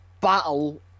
battle